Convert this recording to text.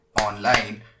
online